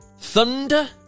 Thunder